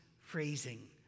phrasing